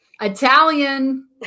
italian